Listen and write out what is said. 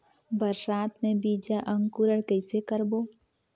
बरसात मे बीजा अंकुरण कइसे करबो?